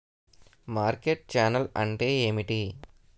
Market channel అంటే ఏమిటి?